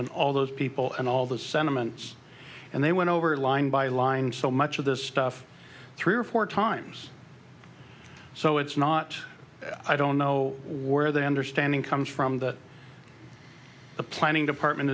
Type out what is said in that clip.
and all those people and all the sentiments and they went over it line by line so much of this stuff three or four times so it's not i don't know where the understanding comes from that the planning department